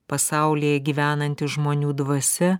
pasaulyje gyvenanti žmonių dvasia